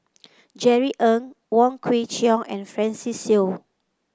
Jerry Ng Wong Kwei Cheong and Francis Seow